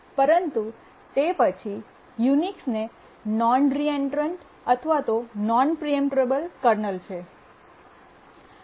પરંતુ તે પછી યુનિક્સ એ નોન રીએન્ટ્રેન્ટ અથવા નોન પ્રીએમ્પટેબલ કર્નલ છે